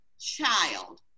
child